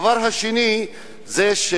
הדבר השני זה,